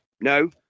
no